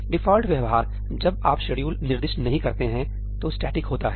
default व्यवहार जब आप शेड्यूल निर्दिष्ट नहीं करते हैं तो स्टैटिक होता है